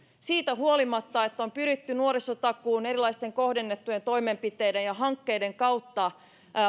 siitä huolimatta että on pyritty nuorisotakuun sekä erilaisten kohdennettujen toimenpiteiden ja hankkeiden kautta